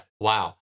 wow